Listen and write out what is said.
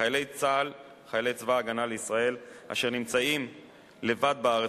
חיילי צבא-הגנה לישראל אשר נמצאים לבד בארץ